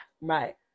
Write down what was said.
right